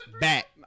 Back